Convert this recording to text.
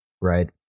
right